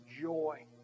joy